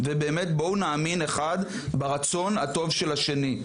באמת, בואו נאמין אחד ברצון הטוב של השני.